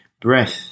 breath